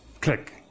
Click